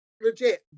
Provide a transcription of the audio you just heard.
legit